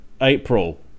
April